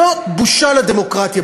זו בושה לדמוקרטיה.